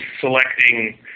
selecting